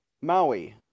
Maui